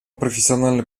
профессиональной